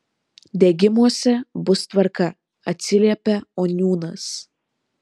degimuose bus tvarka atsiliepia oniūnas